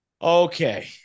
Okay